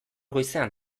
goizean